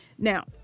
Now